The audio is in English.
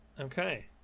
okay